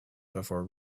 before